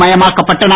மயமாக்கப்பட்டன